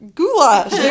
goulash